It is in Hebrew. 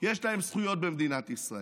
יש להם זכויות במדינת ישראל.